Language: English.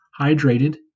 hydrated